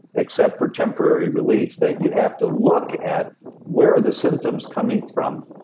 except for temporary relief, that you have to look at where are the symptom's coming from.